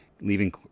Leaving